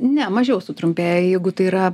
ne mažiau sutrumpėja jeigu tai yra